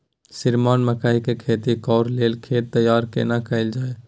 श्रीमान मकई के खेती कॉर के लेल खेत तैयार केना कैल जाए?